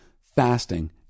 fasting